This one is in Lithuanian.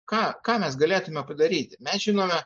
ką ką mes galėtume padaryti mes žinome